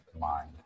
mind